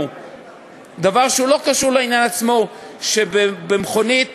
דבר שלא קשור לעניין עצמו, שבמכונית